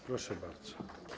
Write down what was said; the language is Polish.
Proszę bardzo.